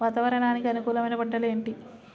వాతావరణానికి అనుకూలమైన పంటలు ఏంటి?